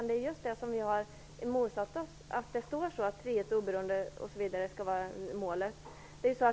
Det är just det som vi har motsatt oss, att det står att frihet och oberoende skall vara målet.